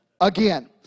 again